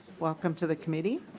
welcome to the committee.